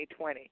2020